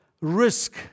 risk